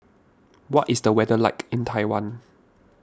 what is the weather like in Taiwan